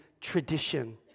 tradition